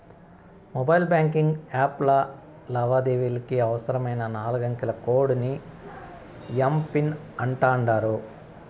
mobile banking యాప్ల లావాదేవీలకి అవసరమైన నాలుగంకెల కోడ్ ని ఎమ్.పిన్ అంటాండారు